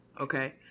Okay